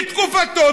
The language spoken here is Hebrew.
בתקופתו,